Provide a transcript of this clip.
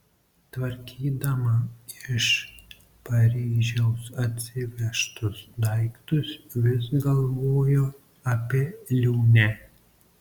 tvarkydama iš paryžiaus atsivežtus daiktus vis galvojo apie liūnę